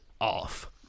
off